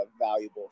valuable